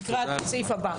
תקרא את הסעיף הבא.